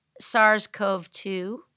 SARS-CoV-2